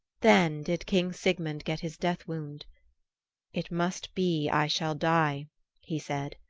then did king sigmund get his death-wound. it must be i shall die he said,